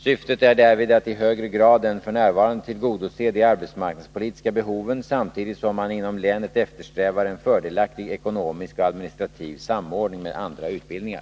Syftet är därvid att i högre grad än f.n. tillgodose de arbetsmarknadspolitiska behoven samtidigt som man inom länet eftersträvar en fördelaktig ekonomisk och administrativ samordning med andra utbildningar.